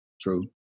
True